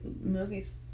Movies